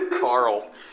Carl